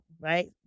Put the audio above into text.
right